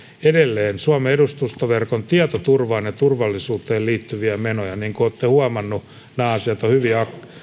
edelleen suomen edustustoverkon tietoturvaan ja turvallisuuteen liittyviä menoja niin kuin olette huomanneet nämä asiat ovat hyvin